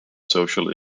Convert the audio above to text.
social